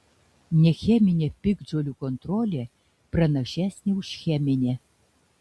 necheminė piktžolių kontrolė pranašesnė už cheminę